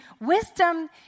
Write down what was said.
wisdom